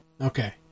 Okay